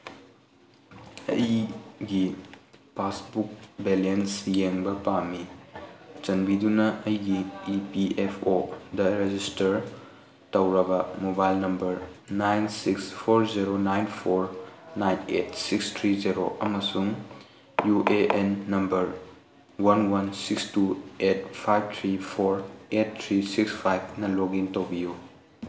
ꯑꯩꯒꯤ passbook balance ꯌꯦꯡꯕ ꯄꯥꯝꯃꯤ ꯆꯥꯟꯕꯤꯗꯨꯅ ꯑꯩꯒꯤ E P F O register ꯇꯧꯔꯕ mobile number nine six four zero nine four nine eight six three zero ꯑꯃꯁꯨꯡ U A N number one one six two eight five three four eight three six ꯐꯥꯏꯚꯅ login ꯇꯧꯕꯤꯌꯨ